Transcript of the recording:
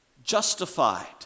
justified